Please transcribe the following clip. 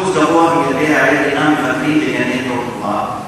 אחוז גבוה מילדי העיר אינם מבקרים בגני טרום-חובה,